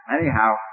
Anyhow